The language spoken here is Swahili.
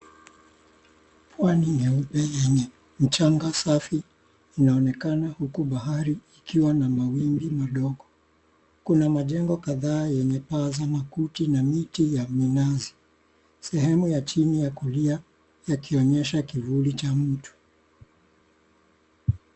Pwani nyeupe yenye mchanga safi, inaonekana huku bahari ikiwa na mawimbi madogo. Kuna majengo kadhaa yenye paa za makuti na miti ya minazi. Sehemu ya chini ya kulia yakionyesha kivuli cha mtu.